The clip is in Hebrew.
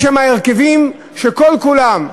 יש שם הרכבים שכל-כולם,